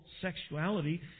sexuality